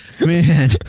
Man